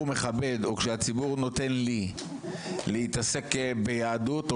מכבד או כשהציבור נותן לי להתעסק ביהדות,